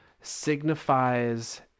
signifies